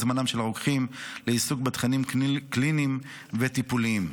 זמנם של הרוקחים לעיסוק בתכנים קליניים וטיפוליים.